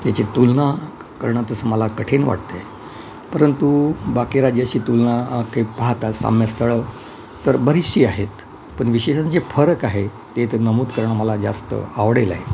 त्याची तुलना करणं तसं मला कठीण वाटते परंतु बाकी राज्याशी तुलना काही पाहतात साम्य स्थळं तर बरीचशी आहेत पण विशेषतः जे फरक आहेत ते तर नमूद करणं मला जास्त आवडेल आहे